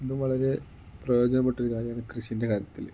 അതും വളരെ പ്രയോജനപ്പെട്ടൊരു കാര്യമാണ് കൃഷിയിൻ്റെ കാര്യത്തിൽ